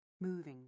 moving